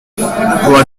what